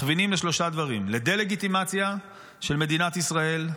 מכווינים לשלושה דברים: לדה-לגיטימציה של מדינת ישראל,